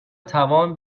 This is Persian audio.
توان